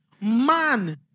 man